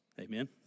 Amen